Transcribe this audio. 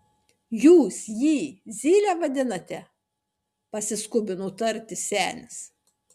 jūs jį zyle vadinate pasiskubino tarti senis